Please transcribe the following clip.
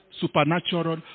supernatural